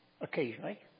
occasionally